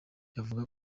yavuze